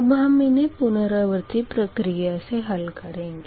अब हम इन्हें पुनरावर्ती प्रक्रिया से हल करेंगे